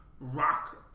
rock